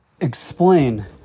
Explain